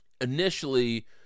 initially